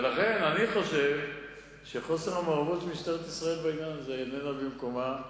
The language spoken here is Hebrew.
ולכן אני חושב שחוסר מעורבות של משטרת ישראל בעניין הזה איננו במקומו.